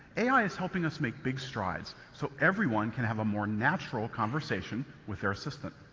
ai is helping us make big strides so everyone can have a more natural conversation with their assistant.